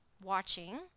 watching